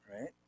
right